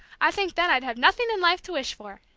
i think then i'd have nothing in life to wish for!